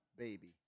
baby